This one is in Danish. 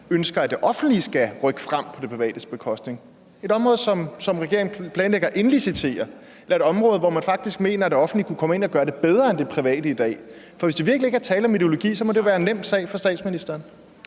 ønsker, at det offentlige skal rykke frem på det privates bekostning – altså pege på et område, som regeringen planlægger at indlicitere, eller et område, hvor man faktisk mener at det offentlige kunne komme ind og gøre det bedre, end de private gør det i dag? For hvis der virkelig ikke er tale om ideologi, må det jo være en nem sag for statsministeren.